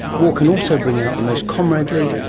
war can also bring out the most comradely,